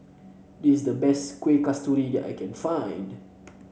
this is the best Kuih Kasturi that I can find